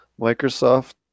Microsoft